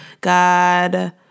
God